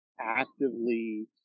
actively